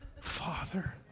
Father